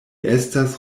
estas